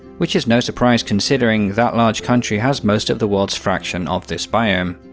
which is no surprise considering that large country has most of the world's fraction of this biome.